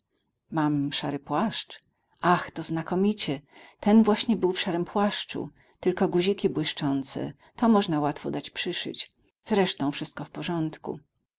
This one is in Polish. mam szary płaszcz ach to znakomicie ten właśnie był w szarym płaszczu tylko guziki błyszczące to można łatwo dać przyszyć zresztą wszystko w porządku